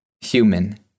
Human